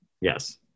Yes